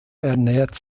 ernährt